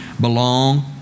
belong